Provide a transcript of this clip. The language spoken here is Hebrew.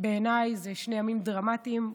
הם בעיניי שני ימים דרמטיים.